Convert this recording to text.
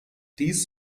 dies